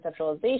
conceptualization